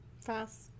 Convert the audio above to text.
fast